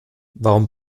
warum